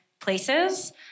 places